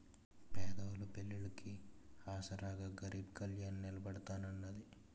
పేదోళ్ళ పెళ్లిళ్లికి ఆసరాగా గరీబ్ కళ్యాణ్ నిలబడతాన్నది